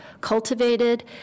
cultivated